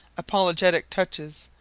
apologetic touches,